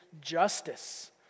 justice